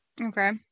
Okay